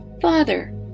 Father